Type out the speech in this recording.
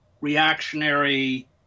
reactionary